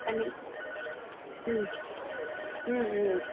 பண்ணி ம் ம் ம் ம்